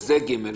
זה (ג).